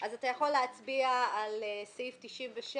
אתה יכול להצביע על סעיף 97,